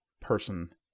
person